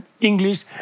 English